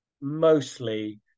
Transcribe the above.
mostly